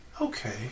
Okay